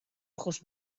ojos